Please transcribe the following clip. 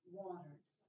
waters